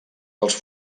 dels